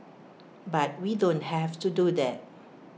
but we don't have to do that